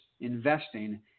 investing